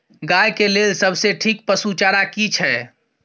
गाय के लेल सबसे ठीक पसु चारा की छै?